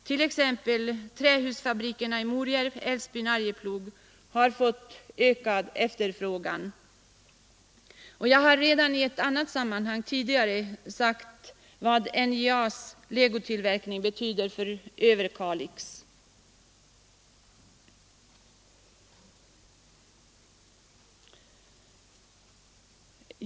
Bl.a. har trähusfabrikerna i Morjärv, Älvsbyn och Arjeplog fått ökad efterfrågan. Jag har redan i ett tidigare sammanhang framhållit vad NJA:s legotillverkning betyder för Överkalix.